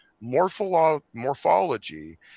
morphology